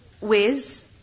ways